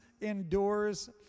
endures